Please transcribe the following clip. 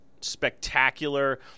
spectacular